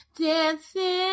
dancing